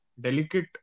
delicate